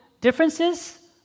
differences